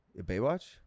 Baywatch